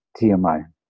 TMI